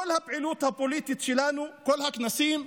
את כל הפעילות הפוליטית שלנו, כל הכנסים,